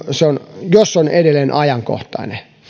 se on edelleen ajankohtainen elikkä